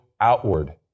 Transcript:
outward